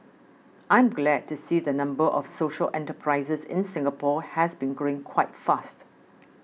I'm glad to see the number of social enterprises in Singapore has been growing quite fast